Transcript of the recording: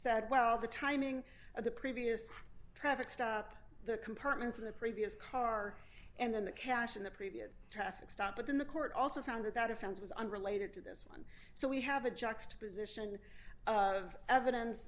said well the timing of the previous traffic stop the compartments of the previous car and then the cash in the previous traffic stop but then the court also found that that offense was unrelated to this one so we have a juxtaposition of evidence